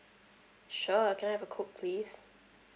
sure can I have a coke please